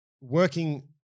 working